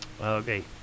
Okay